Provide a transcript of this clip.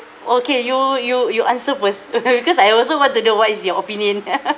okay you you you answer first because I also want to know what is your opinion